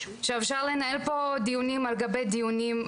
אפשר לנהל פה דיונים על גבי דיונים,